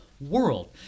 world